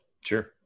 Sure